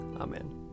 Amen